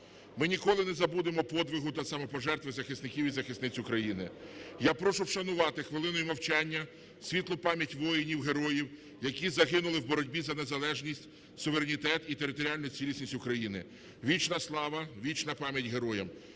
Ми ніколи не забудемо подвигу та самопожертви захисників і захисниць України. Я прошу вшанувати хвилиною мовчання світлу пам'ять воїнів-героїв, які загинули в боротьбі за незалежність, суверенітет і територіальну цілісність України. Вічна слава, вічна пам'ять героям!